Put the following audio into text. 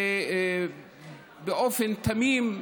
באופן תמים,